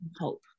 hope